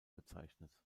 bezeichnet